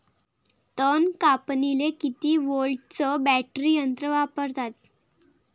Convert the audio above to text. तन कापनीले किती व्होल्टचं बॅटरी यंत्र वापरतात?